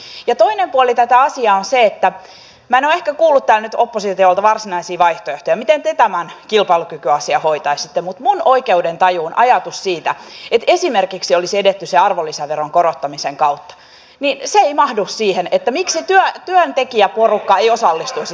ja toinen puoli tätä asiaa on se että minä en ole ehkä kuullut täällä nyt oppositiolta varsinaisia vaihtoehtoja miten te tämän kilpailukykyasian hoitaisitte mutta minun oikeudentajuuni kun on ollut ajatus siitä että esimerkiksi olisi edetty sen arvonlisäveron korottamisen kautta ei mahdu miksi työntekijäporukka ei osallistuisi tähän asiaan